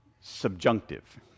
subjunctive